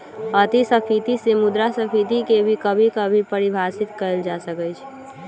अतिस्फीती से मुद्रास्फीती के भी कभी कभी परिभाषित कइल जा सकई छ